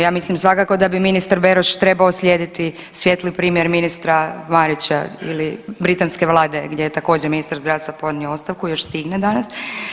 Ja mislim svakako da bi ministar Beroš trebao slijediti svijetli primjer ministra Marića ili britanske vlade gdje je također ministar zdravstva podnio ostavku, još stigne danas.